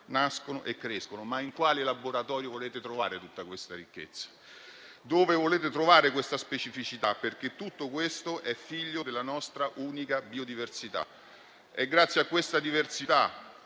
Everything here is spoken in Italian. nascono e crescono. In quale laboratorio volete trovare tutta questa ricchezza? Dove volete trovare questa specificità? Tutto questo, infatti, è figlio della nostra unica biodiversità. È grazie a questa diversità